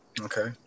Okay